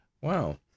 wow